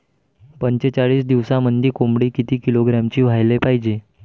पंचेचाळीस दिवसामंदी कोंबडी किती किलोग्रॅमची व्हायले पाहीजे?